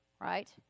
right